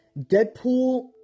Deadpool